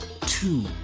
Two